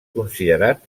considerat